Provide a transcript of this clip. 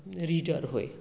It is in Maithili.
रीडर होइ